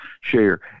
share